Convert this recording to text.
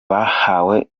bahawe